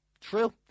True